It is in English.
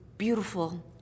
beautiful